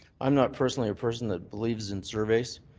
i'm not personally a person that believes in surveys.